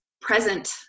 present